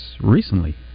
recently